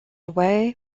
away